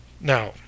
Now